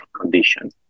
condition